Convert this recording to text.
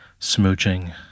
smooching